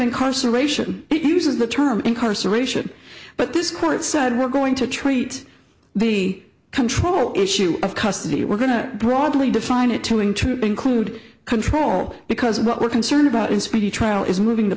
incarceration it uses the term incarceration but this court said we're going to treat the control issue of custody we're going to broadly define it to into include control because what we're concerned about in speedy trial is moving the